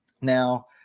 now